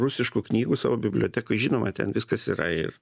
rusiškų knygų savo bibliotekoj žinoma ten viskas yra ir